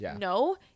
No